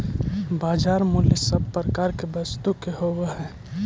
बाजार मूल्य सब प्रकार के वस्तु के होवऽ हइ